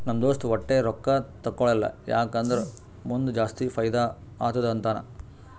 ನಮ್ ದೋಸ್ತ ವಟ್ಟೆ ರೊಕ್ಕಾ ತೇಕೊಳಲ್ಲ ಯಾಕ್ ಅಂದುರ್ ಮುಂದ್ ಜಾಸ್ತಿ ಫೈದಾ ಆತ್ತುದ ಅಂತಾನ್